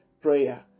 Prayer